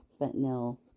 fentanyl